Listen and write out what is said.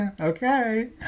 okay